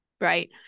right